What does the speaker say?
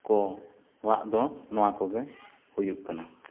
ᱠᱚᱣᱟᱜ ᱫᱚ ᱱᱚᱣᱟ ᱠᱚᱜᱮ ᱦᱩᱭᱩᱜ ᱠᱟᱱᱟ